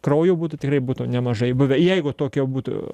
kraujo būtų tikrai būtų nemažai buvę jeigu tokie būtų